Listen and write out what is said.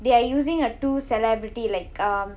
they are using a two celebrity like um